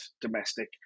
domestic